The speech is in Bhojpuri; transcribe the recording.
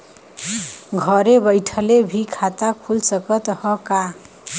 घरे बइठले भी खाता खुल सकत ह का?